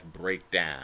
breakdown